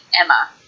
Emma